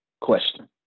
question